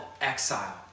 exile